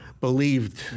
believed